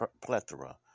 plethora